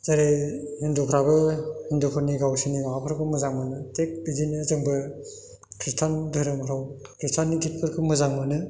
जाय हिन्दुफ्राबो हिन्दुफोरनि गावसोरनि माबाफोरखौ मोजां मोनो थिग बिदिनो जोंबो ख्रिस्तान धोरोमफ्राव ख्रिस्तान निटिफोरखौ मोजां मोनो